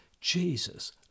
Jesus